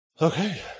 Okay